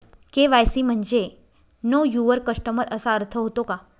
KYC म्हणजे know your customer असा अर्थ होतो का?